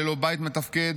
ללא בית מתפקד